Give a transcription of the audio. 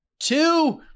Two